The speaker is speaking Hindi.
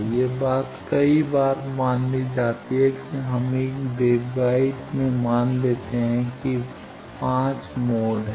यह बात कई बार मान ली जाती है कि हम एक वेवगाइड में मान लेते हैं कि 5 मोड के हैं